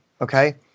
Okay